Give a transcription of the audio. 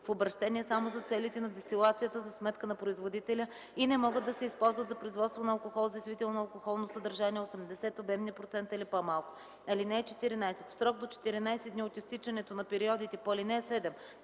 в обращение само за целите на дестилацията за сметка на производителя и не могат да се използват за производството на алкохол с действително алкохолно съдържание 80 обемни процента или по-малко. (14) в срок до 14 дни от изтичането на периода по ал. 7,